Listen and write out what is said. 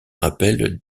rappelle